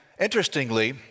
interestingly